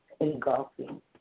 engulfing